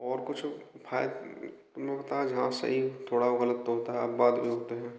ओर कुछ फ़ायदा में बताए जवाब सही थोड़ा वह गलत तो होता है आप बाद में होते हैं